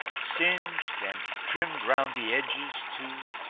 singed and trimmed round the edges, too?